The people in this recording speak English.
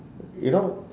you know